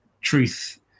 truth